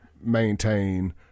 maintain